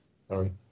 Sorry